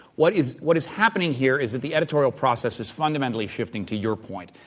what is what is happening here is that the editorial process is fundamentally shifting to your point.